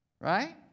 Right